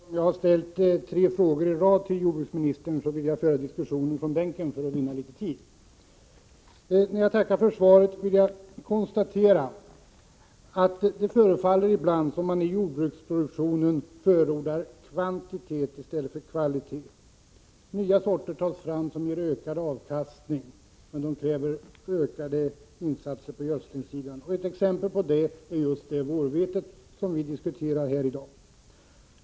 Herr talman! Eftersom det på dagens talarlista finns tre frågor i rad från mig till jordbruksministern, vill jag föra diskussionen från min bänk för att vinna litet tid. Jag tackar för svaret och konstaterar samtidigt att det ibland förefaller som om man i fråga om jordbruksproduktionen förordar kvantitet i stället för kvalitet. Nya sorter tas fram som ger ökad avkastning. Men därmed krävs också ökade insatser på gödslingssidan. Ett exempel på det är just vårvetet, som vi diskuterar här i dag.